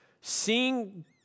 seeing